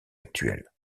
actuelle